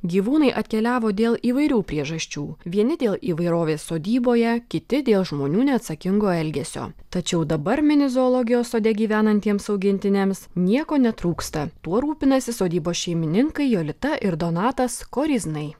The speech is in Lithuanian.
gyvūnai atkeliavo dėl įvairių priežasčių vieni dėl įvairovės sodyboje kiti dėl žmonių neatsakingo elgesio tačiau dabar mini zoologijos sode gyvenantiems augintiniams nieko netrūksta tuo rūpinasi sodybos šeimininkai jolita ir donatas koryznai